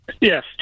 Yes